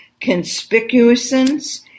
conspicuousness